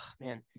man